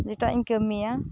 ᱡᱮᱴᱟ ᱤᱧ ᱠᱟᱹᱢᱤᱭᱟ